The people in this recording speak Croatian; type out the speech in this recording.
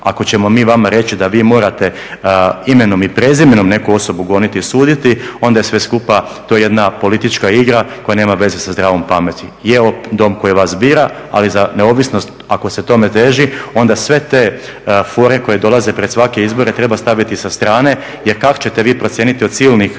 Ako ćemo mi vama reći da vi morate imenom i prezimenom neku osobu goniti i suditi onda je sve skupa to jedna politička igra koja nema veze sa zdravom pameti. Je ovo dom koji vas bira, ali za neovisnost ako se tome teži onda sve te fore koje dolaze pred svake izbore treba staviti sa strane jer kako ćete vi procijeniti od silnih